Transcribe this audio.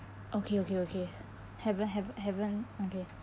okay okay okay haven't haven't okay